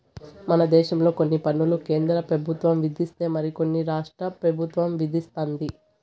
మన దేశంలో కొన్ని పన్నులు కేంద్ర పెబుత్వం విధిస్తే మరి కొన్ని రాష్ట్ర పెబుత్వం విదిస్తది